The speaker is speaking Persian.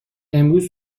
امروز